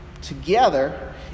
together